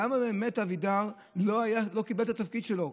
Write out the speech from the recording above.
למה באמת אבידר לא קיבל את התפקיד שלו?